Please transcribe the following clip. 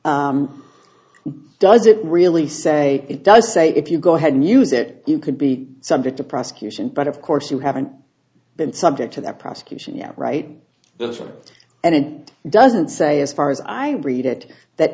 does it really say it does say if you go ahead and use it you could be subject to prosecution but of course you haven't been subject to that prosecution yet right there isn't and it doesn't say as far as i read it that